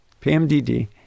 PMDD